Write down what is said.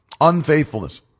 unfaithfulness